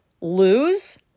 lose